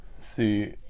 See